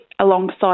alongside